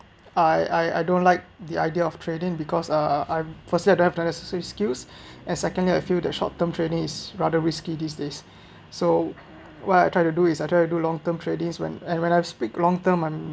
I I I don't like the idea of trading because uh I'm firstly I don’t have necessary skills and secondly I feel that short term trading is rather risky these days so what I try to do is I try to do long term tradings when and when I've speak long term I’m